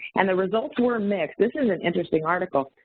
and the results were mixed, this is an interesting article.